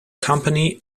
company